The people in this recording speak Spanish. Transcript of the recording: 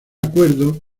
acuerdo